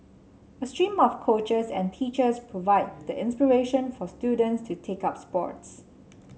a stream of coaches and teachers provide the inspiration for students to take up sports